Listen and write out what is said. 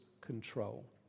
control